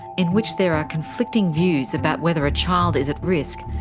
in which there are conflicting views about whether a child is at risk,